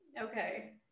okay